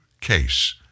case